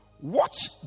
Watch